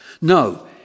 No